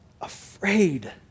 afraid